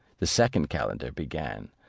the second calender began,